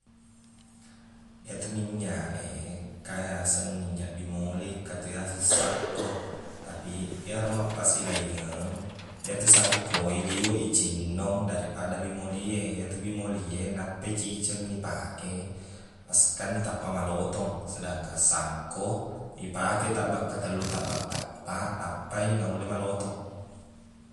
Iyatu minyak e engka iyaseng minyak bimoli engka to yaseng sangko tapi iyero mappasilaingeng iyatu sangko e liweq i cinnong daripada bimoli e iyatu bimoli e nappa ciceng ipake maseqkanni tappa malotong sedangkang sangko ipake taqbakke tellu taqbakke eppaq nappai naulle malotong